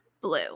blue